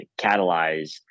catalyze